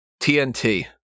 TNT